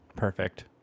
perfect